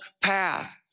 path